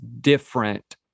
different